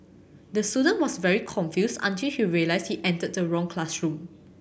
the student was very confused until he realized he entered the wrong classroom